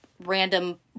random